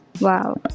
Wow